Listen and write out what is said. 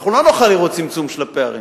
אנחנו לא נוכל לראות צמצום של הפערים.